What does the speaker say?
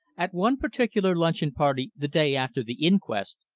at one particular luncheon party the day after the inquest,